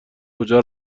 کجا